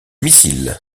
missile